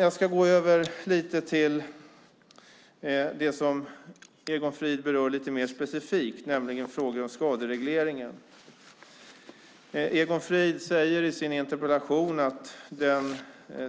Jag går nu kort över till det som Egon Frid lite mer specifikt berör, nämligen frågorna om skaderegleringen. Egon Frid säger i sin interpellation att den